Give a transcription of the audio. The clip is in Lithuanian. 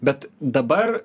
bet dabar